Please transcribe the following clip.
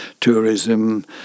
tourism